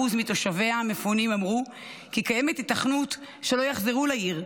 מתושביה המפונים אמרו כי קיימת היתכנות שלא יחזרו לעיר,